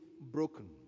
broken